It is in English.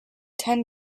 ten